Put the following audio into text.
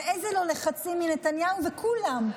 ואיזה לחצים מנתניהו וכולם.